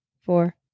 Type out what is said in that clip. four